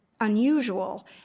unusual